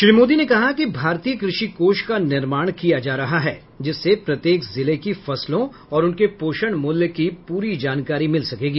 श्री मोदी ने कहा कि भारतीय कृषि कोष का निर्माण किया जा रहा है जिससे प्रत्येक जिले की फसलों और उनके पोषण मूल्य की पूरी जानकारी मिल सकेगी